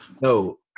No